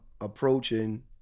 approaching